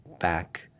back